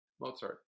Mozart